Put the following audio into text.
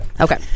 Okay